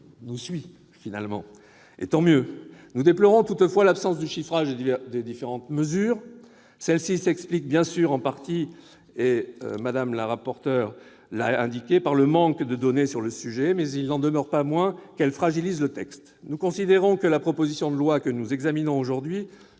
nous suit, et c'est tant mieux. Nous déplorons toutefois l'absence de chiffrage des différentes mesures. Si celle-ci s'explique bien sûr en partie par le manque de données sur le sujet, il n'en demeure pas moins qu'elle fragilise le texte. Nous considérons que la proposition de loi que nous examinons aujourd'hui